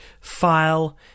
file